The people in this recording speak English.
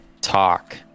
talk